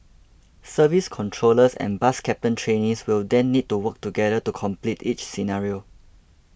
service controllers and bus captain trainees will then need to work together to complete each scenario